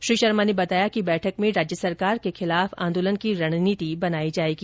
श्री शर्मा ने बताया कि बैठक में राज्य सरकार के खिलाफ आंदोलन की रणनीति बनाई जायेगी